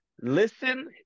listen